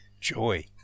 joy